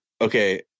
Okay